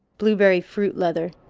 blueberry fruit leather.